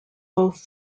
both